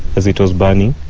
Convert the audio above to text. as it was burning.